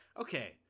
okay